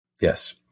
Yes